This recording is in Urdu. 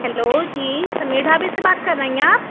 ہیلو جی سمیر ڈھابے سے بات کر رہی ہیں آپ